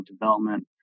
Development